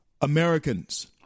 Americans